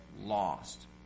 lost